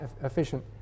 efficient